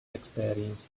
experience